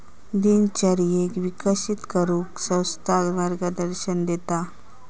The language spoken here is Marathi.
दिनचर्येक विकसित करूक संस्था मार्गदर्शन देतत